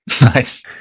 Nice